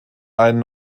einen